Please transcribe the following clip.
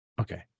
Okay